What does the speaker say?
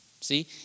See